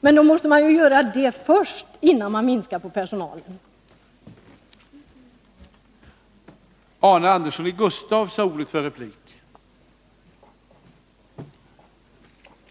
Men då måste man ju ändra regelsystemet först — alltså innan man minskar personalen och anslagen till kassaverksamheten.